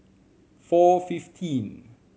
four fifteen